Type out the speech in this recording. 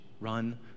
run